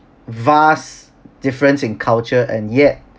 vast difference in culture and yet